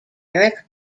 eric